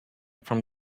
from